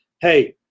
hey